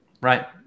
Right